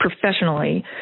professionally